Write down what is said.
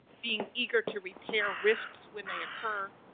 being eager to repair rifts when they occur.